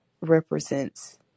represents